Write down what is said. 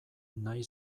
nahi